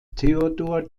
theodor